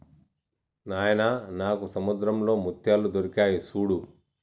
నాయిన నాకు సముద్రంలో ముత్యాలు దొరికాయి సూడు